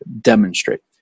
demonstrate